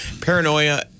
paranoia